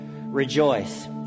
rejoice